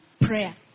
prayer